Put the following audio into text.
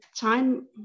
time